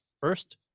first